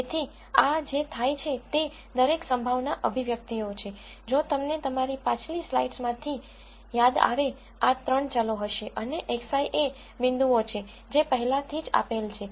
તેથી આ જે થાય છે તે દરેક સંભાવના અભિવ્યક્તિઓ છે જો તમને તમારી પાછલી સ્લાઇડ્સમાંથી યાદ આવે આ 3 ચલો હશે અને x i એ પોઇન્ટસ છે જે પહેલાથી જ આપેલ છે